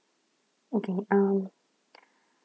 okay um